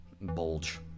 bulge